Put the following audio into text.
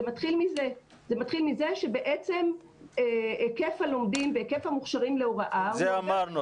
זה מתחיל מזה שבעצם היקף הלומדים והיקף המוכשרים להוראה --- סוניה,